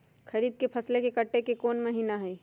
खरीफ के फसल के कटे के कोंन महिना हई?